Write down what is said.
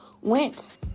went